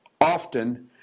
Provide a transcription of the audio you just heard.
Often